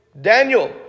Daniel